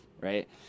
right